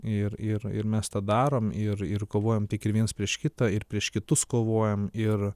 ir ir ir mes tą darom ir ir kovojam tiek ir viens prieš kitą ir prieš kitus kovojam ir